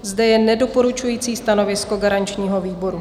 Zde je nedoporučující stanovisko garančního výboru.